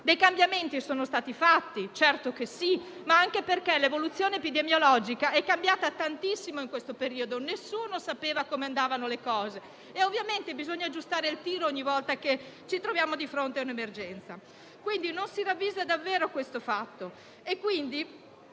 cambiamenti sono stati fatti, certo che sì, ma anche perché l'evoluzione epidemiologica ha influito tantissimo in questo periodo; nessuno sapeva come sarebbero andate le cose e bisogna ovviamente aggiustare il tiro ogni volta che ci troviamo di fronte a un'emergenza. Non si ravvisa davvero questo fatto.